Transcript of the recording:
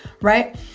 right